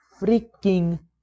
freaking